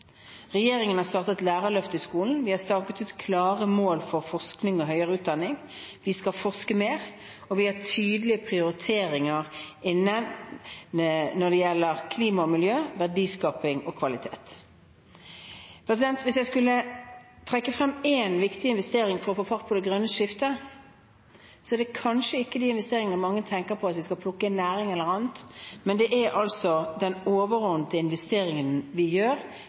Regjeringen har startet Lærerløftet i skolen, vi har staket ut klare mål for forskning og høyere utdanning, vi skal forske mer, og vi har tydelige prioriteringer inne når det gjelder klima og miljø, verdiskaping og kvalitet. Hvis jeg skulle trekke frem én viktig investering for å få fart på det grønne skiftet, er det kanskje ikke de investeringene mange tenker på at vi skal plukke – næring eller annet – men den overordnede investeringen vi gjør i mennesker og kunnskap. Når vi gjør